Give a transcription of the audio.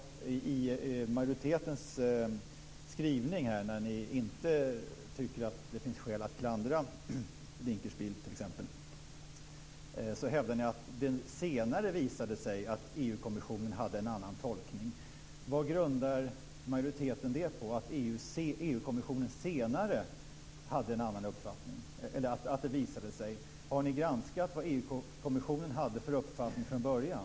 I majoritetens skrivning, där ni tycker att det inte finns skäl att klandra Dinkelspiel, hävdar ni att det senare visade sig att EU-kommissionen hade en annan tolkning. Vad grundar majoriteten sig på när man hävdar att det senare visade sig att EU kommissionen hade en annan uppfattning? Har ni granskat vad EU-kommissionen hade för uppfattning från början?